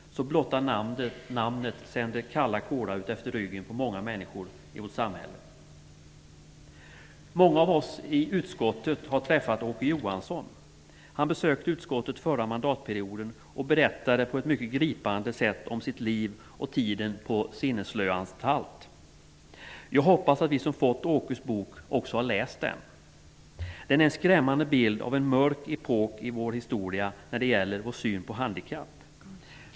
Blotta namnet sänder kalla kårar utefter ryggraden på många människor i vårt samhälle. Många av oss i utskottet har träffat Åke Johansson. Han besökte utskottet förra mandatperioden och berättade mycket gripande om sitt liv och tiden på "sinneslöanstalt". Jag hoppas att de som fått "Åkes bok" också läst den. Den ger en skrämmande bild av en mörk epok i vår historia när det gäller vår syn på handikapp.